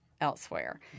elsewhere